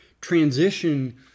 transition